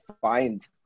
find